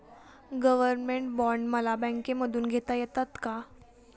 Government bond मला बँकेमधून घेता येतात का?